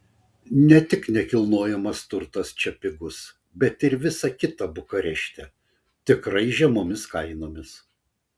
ne tik nekilnojamas turtas čia pigus bet ir visa kita bukarešte tikrai žemomis kainomis